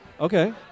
Okay